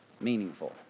meaningful